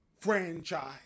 franchise